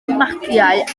magiau